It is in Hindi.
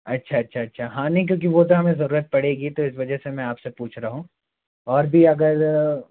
अच्छा अच्छा अच्छा हाँ नहीं क्योंकि वो तो हमें ज़रूरत पड़ेगी तो इस वजह से मैं आप से पूछ रहा हूँ और भी अगर